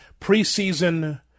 Preseason